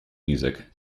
music